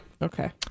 okay